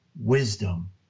wisdom